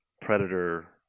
predator